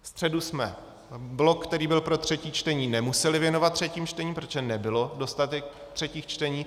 Ve středu jsme blok, který byl pro třetí čtení, nemuseli věnovat třetím čtením, protože nebyl dostatek třetích čtení.